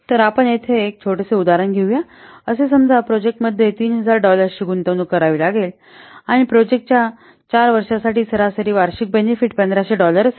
तर आपण एक छोटेसे उदाहरण घेऊ या असे समजा प्रोजेक्ट मध्ये 3००० डॉलर्सची गुंतवणूक करावी लागेल आणि प्रोजेक्ट च्या चार वर्षां साठी सरासरी वार्षिक बेनिफिट 1500 डॉलर असेल